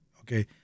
okay